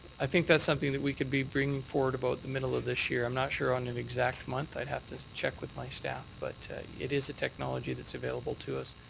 i think that's something that we could be bringing forward about the middle of this year. i'm not sure on an exact month. i'd have to check with my staff, but it is a technology that's available to us.